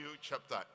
chapter